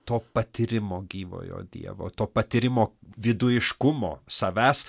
to patyrimo gyvojo dievo to patyrimo vidujiškumo savęs